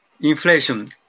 inflation